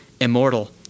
immortal